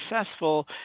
Successful